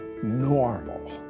normal